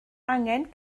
angen